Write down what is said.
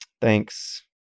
Thanks